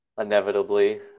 Inevitably